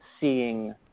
seeing